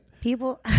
people